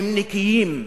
הם נקיים.